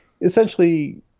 essentially